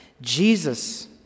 Jesus